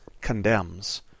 condemns